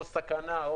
או סכנה,